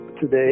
today